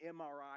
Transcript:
MRI